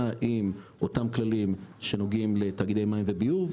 עם אותם כללים שנוגעים לתאגידי מים וביוב,